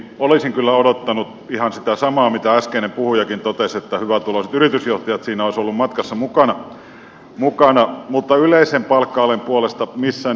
olisin kyllä odottanut ihan sitä samaa mitä äskeinen puhujakin totesi että hyvätuloiset yritysjohtajat siinä olisivat olleet matkassa mukana mutta yleisen palkka alen puolesta en missään nimessä ole